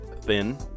Thin